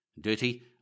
dirty